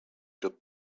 job